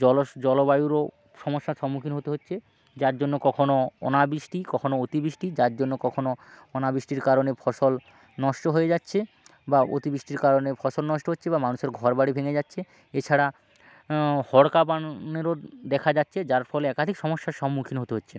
জলস জলবায়ুরও সমস্যার সম্মুখীন হতে হচ্ছে যার জন্য কখনো অনাবৃষ্টি কখনো অতিবৃষ্টি যার জন্য কখনো অনাবৃষ্টির কারণে ফসল নষ্ট হয়ে যাচ্ছে বা অতিবৃষ্টির কারণে ফসল নষ্ট হচ্ছে বা মানুষের ঘর বাড়ি ভেঙে যাচ্ছে এছাড়া হড়কা বানেরও দেখা যাচ্ছে যার ফলে একাধিক সমস্যার সম্মুখীন হতে হচ্ছে